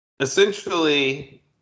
Essentially